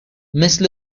مثل